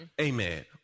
Amen